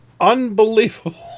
Unbelievable